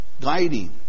guiding